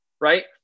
right